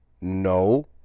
no